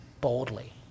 boldly